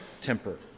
temper